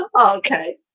Okay